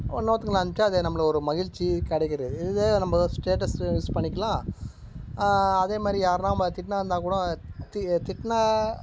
இன்னோருத்தங்களுக்கு அம்ச்சா அது நம்மளை ஒரு மகிழ்ச்சி கிடைக்குது இதே நம்ம ஸ்டேட்டஸு யூஸ் பண்ணிக்கலாம் அதே மாதிரி யாருனா நம்மளை திட்டினா இருந்தாக் கூடும் தி திட்டினா